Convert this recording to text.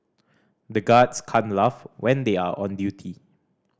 the guards can't laugh when they are on duty